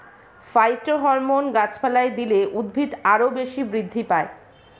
phytohormone গাছপালায় দিলে উদ্ভিদ আরও বেশি বৃদ্ধি পায়